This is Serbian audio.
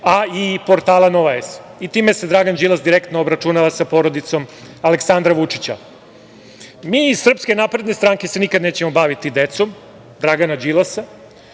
i portala "Nova S". Time se Dragan Đilas direktno obračunava sa porodicom Aleksandra Vučića. Mi iz SNS se nikada nećemo baviti decom Dragana Đilasa.